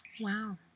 wow